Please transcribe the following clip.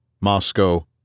Moscow